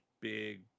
big